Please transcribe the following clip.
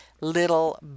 little